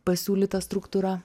pasiūlyta struktūra